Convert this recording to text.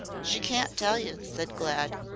she can't tell you, said glad.